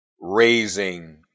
raising